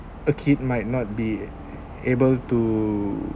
a kid might not be able to